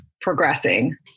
progressing